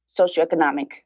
socioeconomic